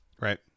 Right